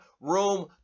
room